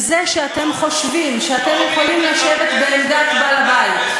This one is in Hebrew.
וזה שאתם חושבים שאתם יכולים לשבת בעמדת בעל-הבית,